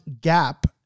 gap